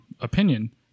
opinion